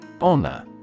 Honor